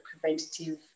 preventative